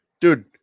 dude